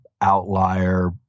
outlier